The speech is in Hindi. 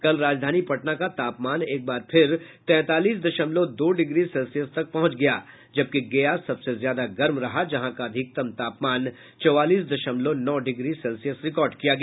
कल राजधानी पटना का तापमान एक बार फिर तैंतालीस दशमलव दो डिग्री सेल्सियस तक पहुंच गया जबकि गया सबसे ज्यादा गर्म रहा जहां का अधिकतम तापमान चौवालीस दशमलव नौ डिग्री सेल्सियस रिकॉर्ड किया गया